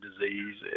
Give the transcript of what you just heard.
disease